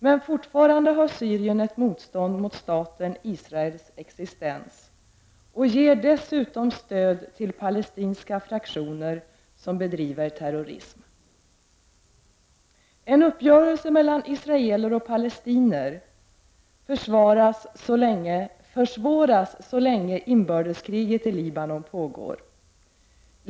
Men fortfarande har Syrien ett motstånd mot staten Israels existens och ger dessutom stöd till palestinska fraktioner som bedriver terrorism. En uppgörelse mellan israeler och palestinier försvåras så länge inbördeskriget i Libanon pågår.